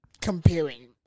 Comparing